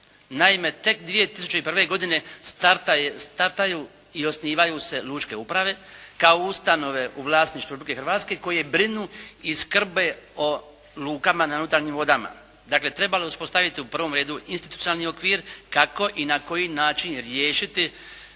Naime, tek 2001. godine startaju i osnivaju se lučke uprave kao ustanove u vlasništvu Republike Hrvatske koje brinu i skrbe o lukama na unutarnjim vodama. Dakle, trebalo je uspostaviti u prvom redu institucionalni okvir kako i na koji način riješiti